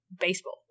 baseball